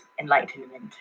enlightenment